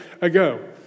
ago